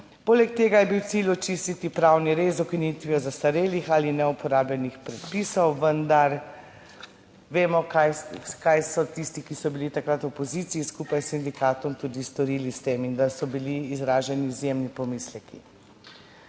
poleg tega je bil cilj očistiti pravni red z ukinitvijo zastarelih ali neuporabljenih predpisov, vendar vemo, kaj so tisti, ki so bili takrat v opoziciji skupaj s sindikatom, tudi storili s tem in da so bili izraženi izjemni pomisleki.